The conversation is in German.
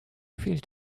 fehlt